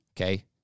okay